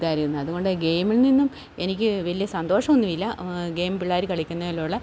ഇതായിരുന്നു അതുകൊണ്ട് ഗെയിമിൽ നിന്നും എനിക്ക് വലിയ സന്തോഷമൊന്നുമില്ല ഗെയിം പിള്ളേർ കളിക്കുന്നതിലൂടെ